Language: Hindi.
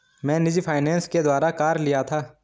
मैं निजी फ़ाइनेंस के द्वारा कार लिया था